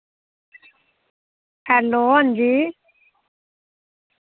hello हां जी